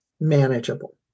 manageable